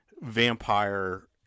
vampire